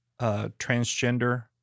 transgender